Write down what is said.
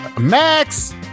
Max